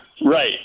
Right